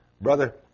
brother